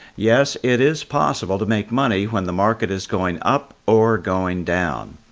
yes, it is possible to make money when the market is going up or going down.